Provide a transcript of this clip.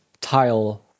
tile